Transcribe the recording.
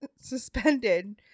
suspended